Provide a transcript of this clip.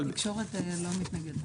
משרד התקשורת לא מתנגד.